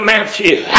Matthew